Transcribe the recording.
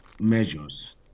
measures